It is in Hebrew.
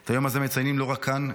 את היום הזה מציינים לא רק כאן,